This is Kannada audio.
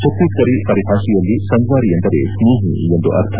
ಛತ್ತೀಸ್ಗರಿ ಪರಿಭಾಷೆಯಲ್ಲಿ ಸಂಗ್ವಾರಿ ಎಂದರೆ ಸ್ನೇಹಿ ಎಂದು ಅರ್ಥ